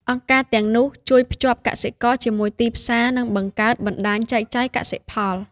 អង្គការទាំងនោះជួយភ្ជាប់កសិករជាមួយទីផ្សារនិងបង្កើតបណ្តាញចែកចាយកសិផល។